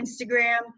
Instagram